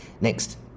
Next